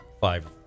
five